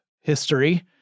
history